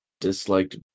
disliked